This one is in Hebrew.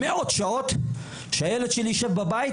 מאות שעות שהילד שלי יישב בבית,